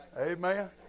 Amen